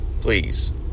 please